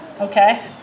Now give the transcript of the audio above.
Okay